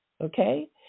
Okay